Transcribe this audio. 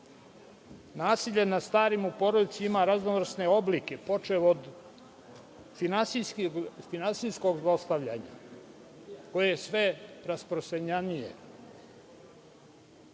trpe. Nasilje nad starima u porodici ima raznovrsne oblike. Počev od finansijskog zlostavljanja koje je sve rasprostranjenije,